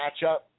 matchup